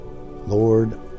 Lord